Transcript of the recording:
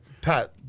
Pat